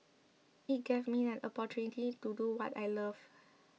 it gave me an opportunity to do what I love